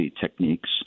techniques